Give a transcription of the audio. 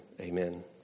Amen